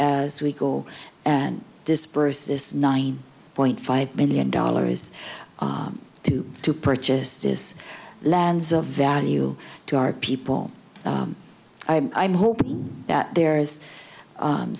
as we go and disperse this nine point five million dollars to to purchase this lands of value to our people i'm hoping that there is